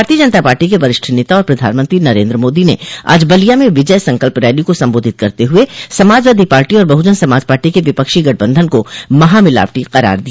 भारतीय जनता पार्टी के वरिष्ठ नेता और प्रधानमंत्री नरेंद्र मोदी ने आज बलिया में विजय सकंल्प रैली को संबोधित करते हुए समाजवादी पार्टी और बहुजन समाज पार्टी के विपक्षी गठबंधन को महामिलावटी करार दिया